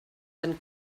than